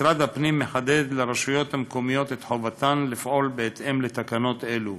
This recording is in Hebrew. משרד הפנים מחדד לרשויות המקומיות את חובתן לפעול בהתאם לתקנות האלה,